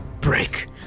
break